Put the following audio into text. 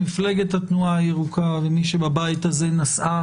מפלגת התנועה הירוקה ומי שבבית הזה נשאה